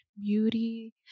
beauty